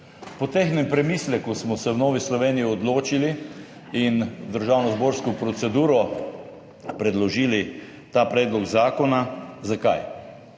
Po tehtnem premisleku smo se v Novi Sloveniji odločili in v državnozborsko proceduro predložili ta predlog zakona. Zakaj?